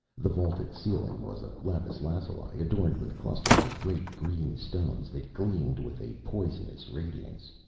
the vaulted ceiling was of lapis lazuli, adorned with clusters of great green stones that gleamed with a poisonous radiance.